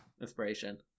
inspiration